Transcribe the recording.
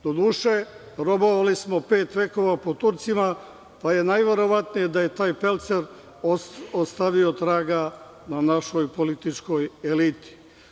Doduše, robovali smo pet vekova pod Turcima, pa je najverovatnije da je taj pelcer ostavio traga na našoj političkoj eliti.